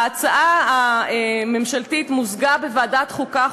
ההצעה הממשלתית מוזגה בוועדת החוקה,